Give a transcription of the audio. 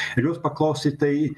ir jos paklausė tai